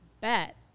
bet